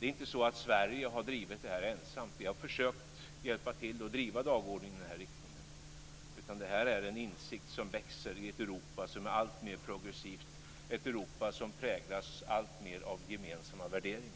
Det är inte så att Sverige har drivit det här ensamt. Vi har försökt hjälpa till att driva dagordningen i den här riktningen. Det här är en insikt som växer i ett Europa som är alltmer progressivt, ett Europa som alltmer präglas av gemensamma värderingar.